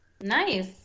nice